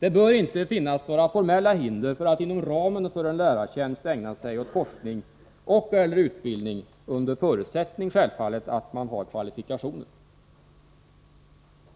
Det bör inte finnas några formella hinder för att inom ramen för en lärartjänst ägna sig åt forskning och/eller utbildning under förutsättning, självfallet, att man har kvalifikationer.